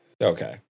Okay